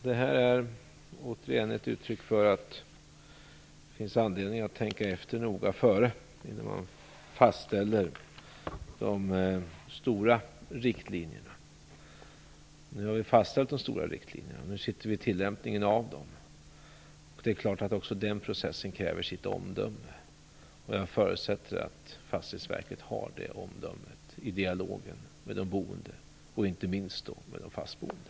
Detta är återigen ett uttryck för att det finns anledning att noga tänka efter före innan man fastställer de stora riktlinjerna. Nu har vi fastställt de stora riktlinjerna och står inför tillämpningen av dem. Det är klart att också den processen kräver sitt omdöme. Jag förutsätter att Fastighetsverket har det omdömet i dialogen med de boende, och då inte minst med de fastboende.